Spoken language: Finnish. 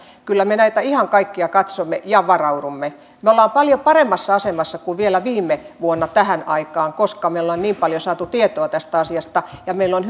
kyllä me näitä ihan kaikkia katsomme ja varaudumme me olemme paljon paremmassa asemassa kuin vielä viime vuonna tähän aikaan koska me olemme niin paljon saaneet tietoa tästä asiasta ja meillä on